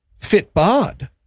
FitBod